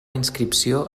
inscripció